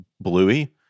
bluey